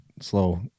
slow